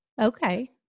Okay